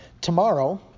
Tomorrow